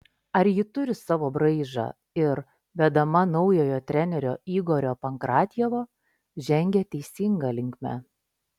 ar ji turi savo braižą ir vedama naujojo trenerio igorio pankratjevo žengia teisinga linkme